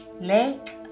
Lake